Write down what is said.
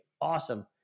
awesome